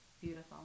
beautiful